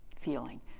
feeling